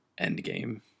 Endgame